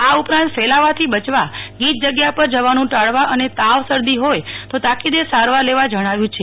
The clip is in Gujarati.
આ ઉપરાંત ફેલાવાથી બચવા ગોચ જગ્યા પર જવાનું ટાળવા અને તાવ શરદી હોય તો તાકીદે સારવાર લેવા જણાવ્યું છે